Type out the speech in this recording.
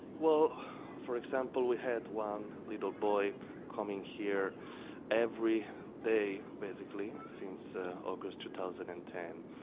well for example we had one little boy come in here every day basically since august two thousand and ten,